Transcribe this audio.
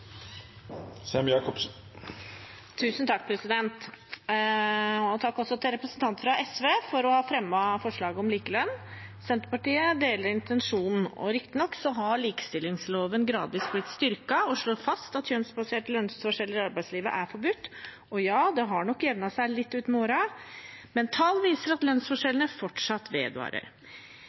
Takk til representanten fra SV for å ha fremmet forslaget om likelønn. Senterpartiet deler intensjonen. Riktignok har likestillingsloven gradvis blitt styrket og slår fast at kjønnsbaserte lønnsforskjeller i arbeidslivet er forbudt. Det har nok jevnet seg litt ut med årene, men tall viser at lønnsforskjellene fortsatt vedvarer.